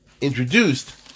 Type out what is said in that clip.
introduced